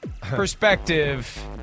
perspective